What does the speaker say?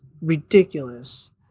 ridiculous